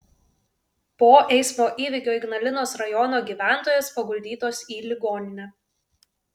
po eismo įvykio ignalinos rajono gyventojos paguldytos į ligoninę